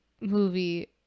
movie